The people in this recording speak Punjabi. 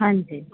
ਹਾਂਜੀ